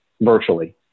virtually